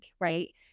right